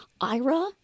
IRA